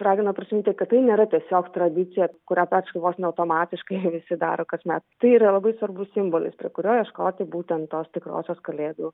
ragino prisiminti kad tai nėra tiesiog tradicija kurią praktiškai vos ne automatiškai visi daro kasmet tai yra labai svarbus simbolis prie kurio ieškoti būtent tos tikrosios kalėdų